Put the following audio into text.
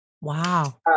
Wow